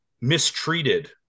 mistreated